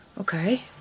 Okay